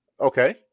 Okay